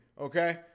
Okay